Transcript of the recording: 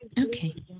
Okay